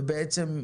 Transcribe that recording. ובעצם,